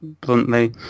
bluntly